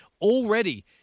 already